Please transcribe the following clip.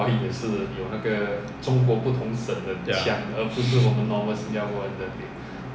ya